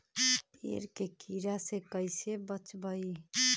पेड़ के कीड़ा से कैसे बचबई?